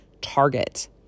target